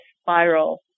spiral